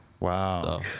wow